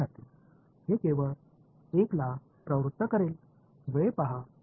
विद्यार्थीः हे केवळ 1 ला प्रवृत्त करेल